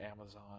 amazon